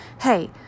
hey